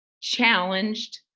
challenged